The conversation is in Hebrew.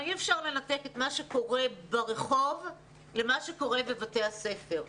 אי אפשר לנתק את מה שקורה ברחוב למה שקורה בבתי הספר.